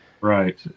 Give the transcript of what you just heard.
right